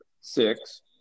six